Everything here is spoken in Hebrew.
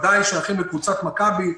בוודאי שהחל מקבוצת מכבי,